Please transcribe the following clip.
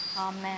Amen